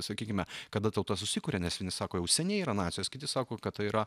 sakykime kada tauta susikuria nes vieni sako jau seniai yra nacijos kiti sako kad yra